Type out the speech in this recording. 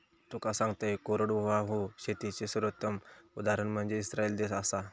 तुका सांगतंय, कोरडवाहू शेतीचे सर्वोत्तम उदाहरण म्हनजे इस्राईल देश आसा